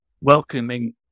welcoming